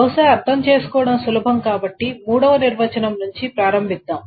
బహుశా అర్థం చేసుకోవడం సులభం కాబట్టి మూడవ నిర్వచనం నుండి ప్రారంభిద్దాం